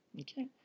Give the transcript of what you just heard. okay